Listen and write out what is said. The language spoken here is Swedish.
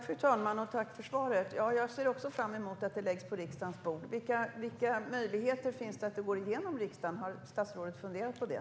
Fru talman! Jag tackar för svaret. Jag ser också fram emot att förslaget läggs på riksdagens bord. Vilka möjligheter finns det att det går igenom i riksdagen? Har statsrådet funderat på det?